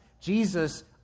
Jesus